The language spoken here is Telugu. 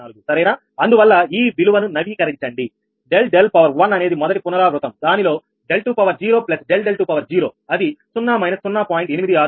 0384 సరేనా అందువల్ల ఈ విలువను నవీకరించండి ∆𝛿 అనేది మొదటి పునరావృతం దానిలో 𝛿2 ∆𝛿2 అది 0 −0